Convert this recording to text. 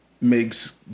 makes